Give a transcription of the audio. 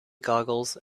goggles